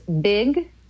big